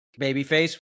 babyface